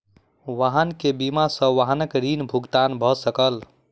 वाहन के बीमा सॅ वाहनक ऋण भुगतान भ सकल